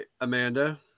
Amanda